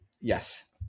yes